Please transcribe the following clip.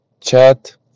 chat